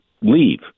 leave